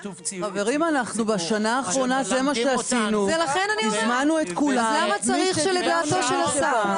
איך החוק אמור להתייחס לקביעה העתידית של נושא התקינה.